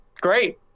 great